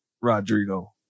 Rodrigo